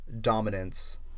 dominance